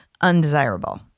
undesirable